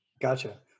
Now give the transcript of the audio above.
Gotcha